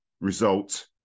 result